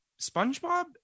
Spongebob